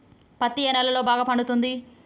పత్తి ఏ నేలల్లో బాగా పండుతది?